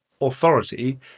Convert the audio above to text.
authority